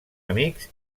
amics